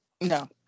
No